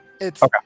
Okay